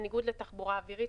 בניגוד לתחבורה אווירית,